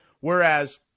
Whereas